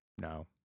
No